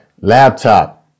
Laptop